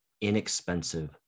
inexpensive